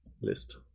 list